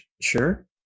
Sure